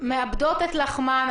שמאבדות את מטה לחמן.